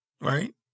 Right